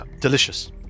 delicious